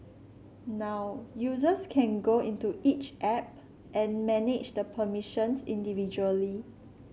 now users can go into each app and manage the permissions individually